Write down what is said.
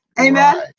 Amen